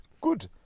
good